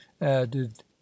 added